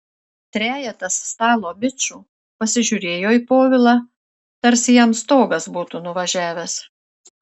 trejetas stalo bičų pasižiūrėjo į povilą tarsi jam stogas būtų nuvažiavęs